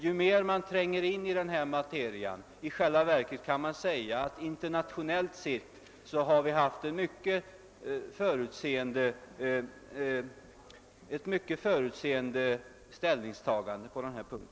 Ju mer man tränger in i denna materia, desto mer kan man konstatera att internationellt sett har vi haft ett mycket förutseende ställningstagande på denna punkt.